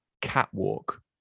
catwalk